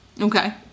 Okay